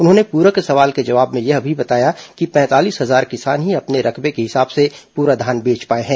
उन्होंने पूरक सवाल के जवाब में यह भी बताया कि पैंतालीस हजार किसान ही अपने रकबे के हिसाब से पूरा धान बेच पाए हैं